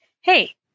Hey